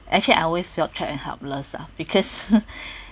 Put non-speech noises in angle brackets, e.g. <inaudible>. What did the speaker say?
actually I always felt trapped and helpless <laughs> because